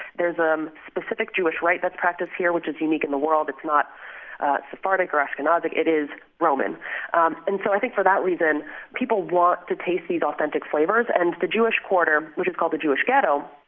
there's a um specific jewish rite but that is practiced here, which is unique in the world it's not sephardic or ashkenazic, it is roman um and so i think for that reason people want to taste these authentic flavors. and the jewish quarter, which is called the jewish ghetto,